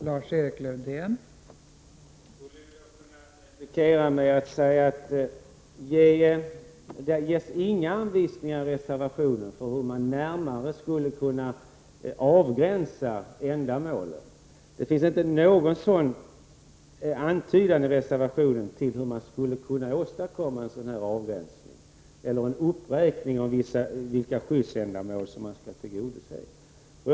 Fru talman! Jag skulle kunna svara med att säga att det inte ges några anvisningar i reservationen för hur man närmare skulle kunna avgränsa ändamålet. Det finns inte någon som helst antydan i reservationen om hur man skulle kunna åstadkomma en avgränsning eller en uppräkning av de skyddsändamål som skall tillgodoses.